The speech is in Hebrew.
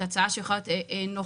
זאת הצעה שיכולה להיות נוחה,